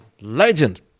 legend